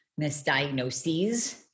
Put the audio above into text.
misdiagnoses